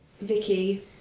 Vicky